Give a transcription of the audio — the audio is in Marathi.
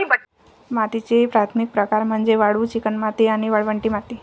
मातीचे तीन प्राथमिक प्रकार म्हणजे वाळू, चिकणमाती आणि वाळवंटी माती